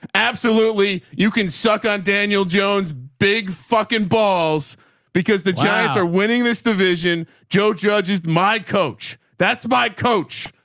absolutely. you can suck on daniel jones, big fucking balls because the giants are winning this division. joe judges, my coach, that's my coach,